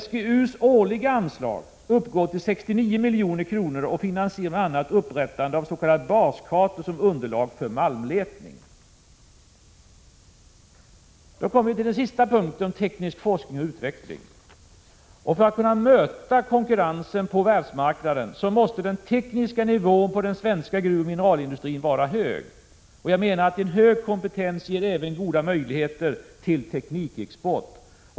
SGU:s årliga anslag uppgår till 69 milj.kr. och finansierar bl.a. upprättande av s.k. baskartor som underlag för malmletning. Den sista punkten gäller teknisk forskning och utveckling. För att kunna möta konkurrensen på världsmarknaden måste den tekniska nivån på den svenska gruvoch mineralindustrin vara hög. Jag menar att det med hög kompetens även ges goda möjligheter till teknikexport.